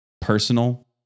personal